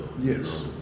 Yes